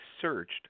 searched